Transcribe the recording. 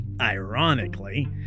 ironically